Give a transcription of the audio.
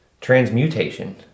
transmutation